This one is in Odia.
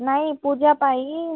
ନାଇ ପୂଜାପାଇଁ